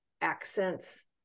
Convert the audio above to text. accents